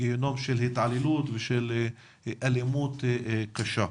גיהינום של התעללות ושל אלימות קשה.